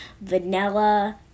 Vanilla